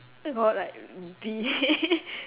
I got like B